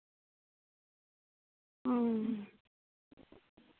ᱩᱸ